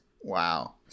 Wow